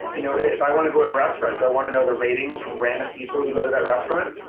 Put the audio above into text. you know if i want to go to a restaurant, i want to know the ratings from random people who go to that restaurant,